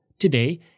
Today